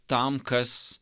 tam kas